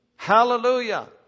Hallelujah